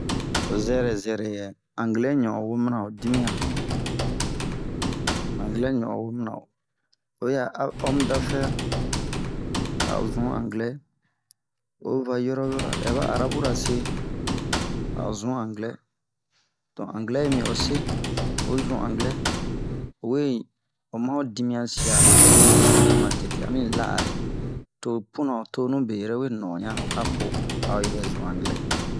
ho zɛrɛ zɛrɛ anglais ɲon'on wo mana ho dimiyan anglais ɲon'on wo mana oyi ya homme d'enfer a'o zun anglais ho va yoro wo yoro ɛ ba arabura se a'o zun anglais don anglais yi mi ose oyi zun anglais owe oma'o dimiyan sia ama zunwɛ ma tete ami la'ari to puna o tonube yɛrɛ we non'onya apo ayi bɛ zun anglais